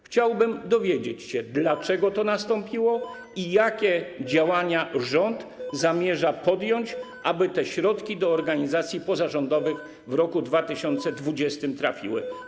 Chciałbym dowiedzieć się, dlaczego to nastąpiło i jakie działania zamierza podjąć rząd, aby te środki do organizacji pozarządowych w roku 2020 trafiły.